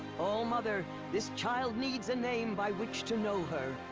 all-mother. this child needs a name by which to know her.